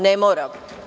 Ne moram.